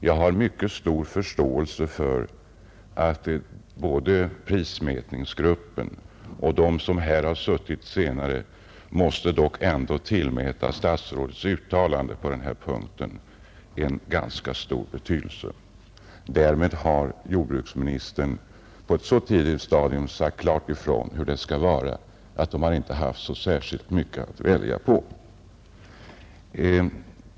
Jag har mycket stor förståelse för att både prismätningsgruppen och andra som arbetat med dessa frågor måste tillmäta statsrådets uttalande på denna punkt ganska stor betydelse — därmed har jordbruksministern på ett tidigt stadium så klart sagt ifrån hur det skall vara, att de inte har haft mycket att välja på.